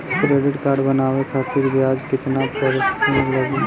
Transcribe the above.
Credit card बनवाने खातिर ब्याज कितना परसेंट लगी?